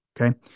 okay